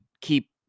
keep